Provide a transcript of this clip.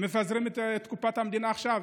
אנחנו מפזרים את קופת המדינה עכשיו,